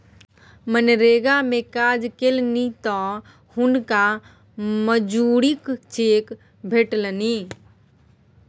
मनरेगा मे काज केलनि तँ हुनका मजूरीक चेक भेटलनि